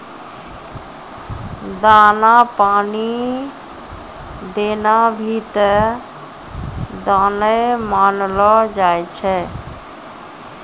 दाना पानी देना भी त दाने मानलो जाय छै